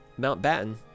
Mountbatten